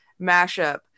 mashup